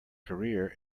career